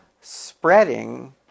spreading